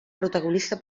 protagonista